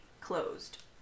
closed